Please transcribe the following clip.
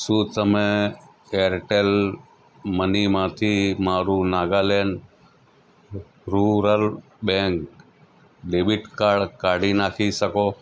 શું તમે એરટેલ મનીમાંથી મારું Nagaland rural bank debit card કાઢી નાખી શકો